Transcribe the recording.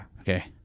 okay